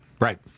Right